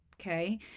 Okay